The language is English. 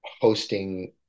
hosting